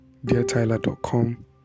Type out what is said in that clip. deartyler.com